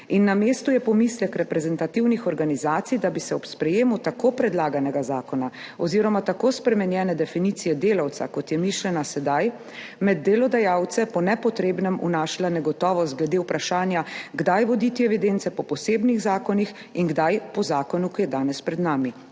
Na mestu je pomislek reprezentativnih organizacij, da bi se ob sprejetju tako predlaganega zakona oziroma tako spremenjene definicije delavca, kot je mišljena sedaj, med delodajalce po nepotrebnem vnašala negotovost glede vprašanja, kdaj voditi evidence po posebnih zakonih in kdaj po zakonu, ki je danes pred nami,